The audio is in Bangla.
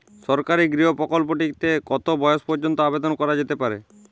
সরকারি গৃহ প্রকল্পটি তে কত বয়স পর্যন্ত আবেদন করা যেতে পারে?